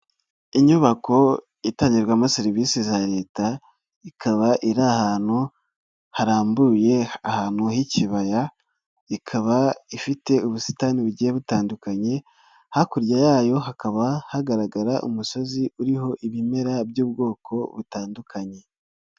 Inyubako itangirwamo serivisi za leta, ikaba iri ahantu harambuye ahantu h'ikibaya, ikaba ifite ubusitani bugiye butandukanye, hakurya yayo hakaba hagaragara umusozi uriho ibimera by'ubwoko butandukanye.